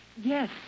Yes